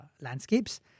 landscapes